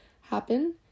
happen